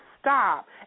stop